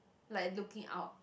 like looking out